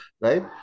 right